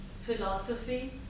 philosophy